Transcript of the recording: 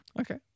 Okay